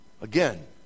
Again